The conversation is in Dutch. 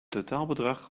totaalbedrag